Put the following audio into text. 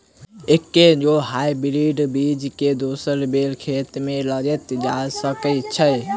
एके गो हाइब्रिड बीज केँ दोसर बेर खेत मे लगैल जा सकय छै?